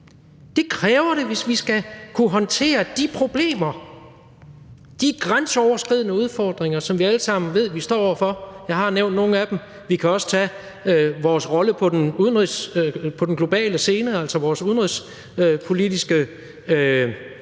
Det kræver det, hvis vi skal kunne håndtere de problemer, de grænseoverskridende udfordringer, som vi alle sammen ved vi står over for – jeg har nævnt nogle af dem. Kl. 17:36 Vi kan også tage vores rolle på den globale scene, altså vores manglende evne